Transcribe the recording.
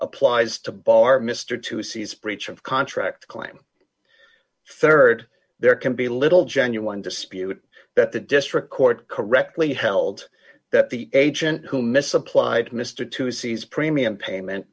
applies to bar mr two c's breach of contract climb rd there can be little genuine dispute that the district court correctly held that the agent who misapplied mr tuesday's premium payment